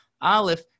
Aleph